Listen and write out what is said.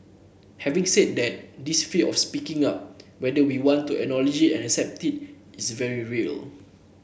having said that this fear of speaking up whether we want to acknowledge and accept it is very real